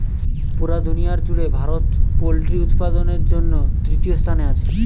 পুরা দুনিয়ার জুড়ে ভারত পোল্ট্রি উৎপাদনের জন্যে তৃতীয় স্থানে আছে